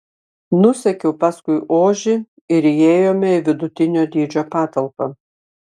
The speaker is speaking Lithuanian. nusekiau paskui ožį ir įėjome į vidutinio dydžio patalpą